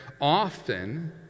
often